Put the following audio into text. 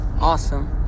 awesome